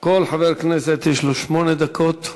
בוקר טוב.